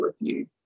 review